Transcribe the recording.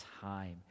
time